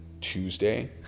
Tuesday